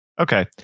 Okay